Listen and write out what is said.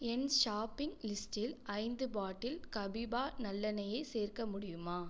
என் shopping லிஸ்டில் ஐந்து bottle கவிபா நல்லெண்ணெயை சேர்க்க முடியுமா